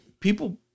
People